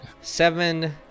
Seven